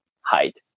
height